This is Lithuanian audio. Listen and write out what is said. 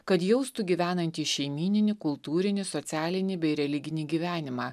kad jaustų gyvenantys šeimyninį kultūrinį socialinį bei religinį gyvenimą